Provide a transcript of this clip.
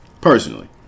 personally